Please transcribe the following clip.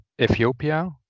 Ethiopia